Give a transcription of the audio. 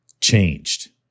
changed